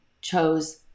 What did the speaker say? chose